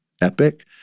epic